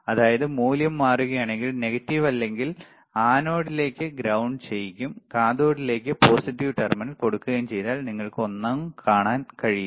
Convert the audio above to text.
അതായത് മൂല്യം മാറ്റുകയാണെങ്കിൽ നെഗറ്റീവ് അല്ലെങ്കിൽ ആനോഡിലേക്ക് ഗ്രൌണ്ട് ചെയ്യിക്കും കാഥോഡിലേക്കുള്ള പോസിറ്റീവ് ടെർമിനൽ കൊടുക്കുകയും ചെയ്താൽ നിങ്ങൾക്ക് ഒന്നും കാണാൻ കഴിയില്ല